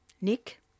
Nick